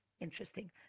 Interesting